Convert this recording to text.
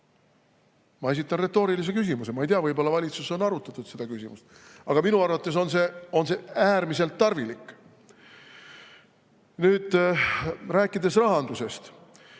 Ma esitan retoorilise küsimuse. Ma ei tea, võib-olla valitsuses on arutatud seda küsimust, aga minu arvates on see on äärmiselt tarvilik. Nüüd, rääkides rahandusest